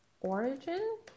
Origin